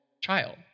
child